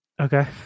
Okay